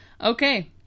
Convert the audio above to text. okay